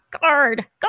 guard